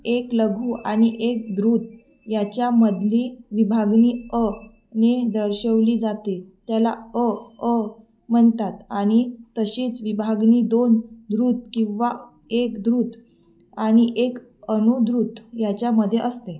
एक लघु आणि एक द्रुत यांच्यामधली विभागणी अ ने दर्शवली जाते त्याला अ अ म्हणतात आणि तशीच विभागणी दोन द्रुत किंवा एक द्रुत आणि एक अनुद्रुत यांच्यामध्ये असते